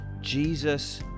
Jesus